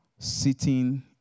sitting